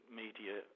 media